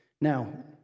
Now